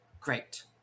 Great